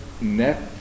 net